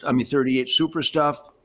i mean, thirty eight super stuff,